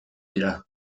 dira